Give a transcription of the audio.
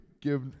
give